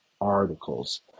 articles